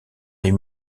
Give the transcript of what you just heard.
les